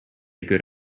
good